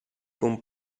con